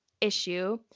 issue